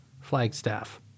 Flagstaff